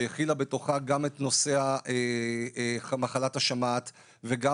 הכילה בתוכה גם את נושא מחלת השמעת וגם